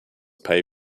pay